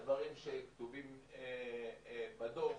הדברים שכתובים בדוח,